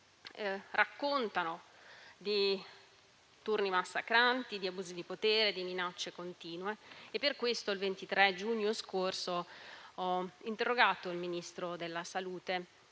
Raccontano di turni massacranti, di abusi di potere, di minacce continue e per questo il 23 giugno scorso ho interrogato il Ministro della salute,